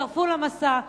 יצטרפו למסע,